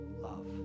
love